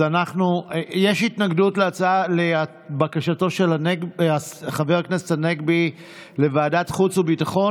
יש התנגדות לבקשתו של חבר הכנסת הנגבי לוועדת חוץ וביטחון?